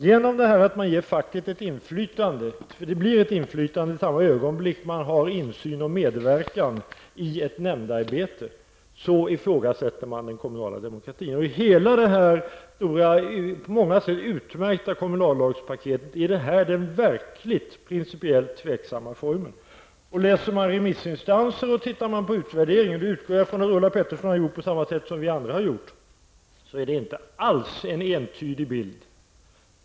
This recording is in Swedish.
Genom att man ger facket ett inflytande -- för det blir ett inflytande i samma ögonblick facket har insyn och medverkar i ett nämndarbete -- ifrågasätter man den kommunala demokratin. I hela det stora och på många sätt utmärkta kommunallagspaketet är detta den principiellt verkligt tveksamma formen. Om man läser remissinstansernas uttalanden och ser på utvärderingen -- och jag utgår från att Ulla Pettersson har gjort det på samma sätt som vi andra -- så får man inte alls en entydig bild.